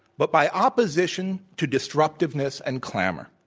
but by opposition to disruptiveness and clamor.